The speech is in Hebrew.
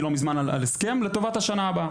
למשל, חתמתי לא מזמן על הסכם לטובת השנה הבאה.